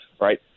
right